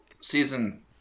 season